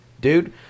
Dude